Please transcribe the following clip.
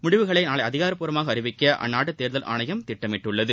முடிவுகளை நாளை அதிகாரப்பூர்வமாக அறிவிக்க அந்நாட்டு தேர்தல் ஆணையம் திட்டமிட்டுள்ளது